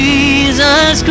Jesus